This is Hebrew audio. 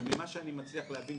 אבל ממה שאני מצליח להבין,